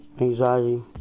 anxiety